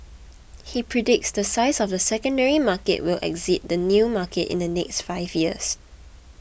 he predicts the size of the secondary market will exceed the new market in the next five years